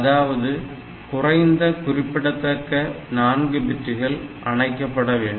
அதாவது குறைந்த குறிப்பிடத்தக்க 4 பிட்டுகள் அணைக்கப்பட வேண்டும்